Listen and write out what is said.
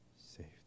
saved